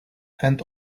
and